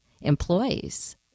employees